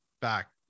back